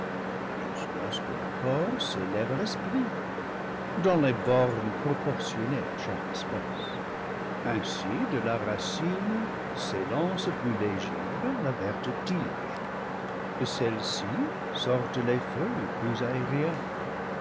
jusqu'à ce que le corps s'élève à l'esprit dans les bornes pro portionnées à chaque espèce ainsi de la racine s'élance plus légère la verte tige de celle ci sortent les feuilles plus aériennes